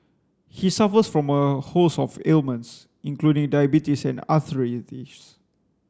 he suffers from a host of ailments including diabetes and arthritis